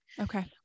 Okay